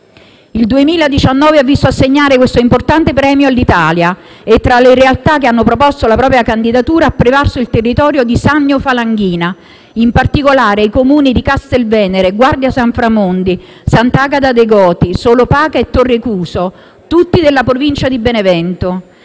Il 2019 ha visto assegnare questo importante premio all'Italia e, tra le realtà che hanno proposto la propria candidatura, ha prevalso il territorio Sannio Falanghina, in particolare i Comuni di Castelvenere, Guardia Sanframondi, Sant'Agata dei Goti, Solopaca e Torrecuso, tutti della provincia di Benevento.